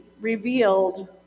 revealed